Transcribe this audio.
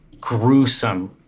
...gruesome